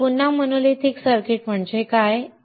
तर पुन्हा monolithic circuit म्हणजे काय